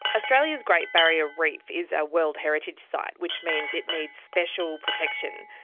australia's great barrier reef is a world heritage site which means it needs special protection.